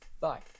bye